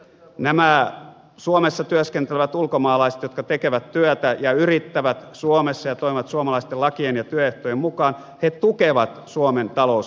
nämä suomessa työskentelevät ulkomaalaiset jotka tekevät työtä ja yrittävät suomessa ja toimivat suomalaisten lakien ja työehtojen mukaan tukevat suomen talouskasvua